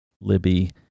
Libby